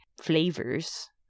flavors